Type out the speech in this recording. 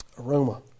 aroma